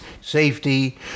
safety